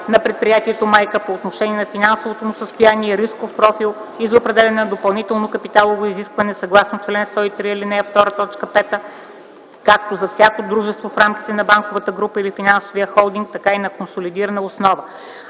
на предприятието майка по отношение на финансовото му състояние и рисков профил и за определяне на допълнително капиталово изискване съгласно чл. 103, ал. 2, т. 5 както за всяко дружество в рамките на банковата група или финансовия холдинг, така и на консолидирана основа.